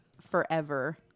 forever